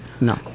No